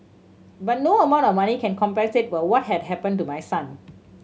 but no amount of money can compensate for what had happened to my son